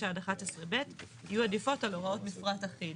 עד 11 (ב') יהיו עדיפות על הוראות מפרט אחיד.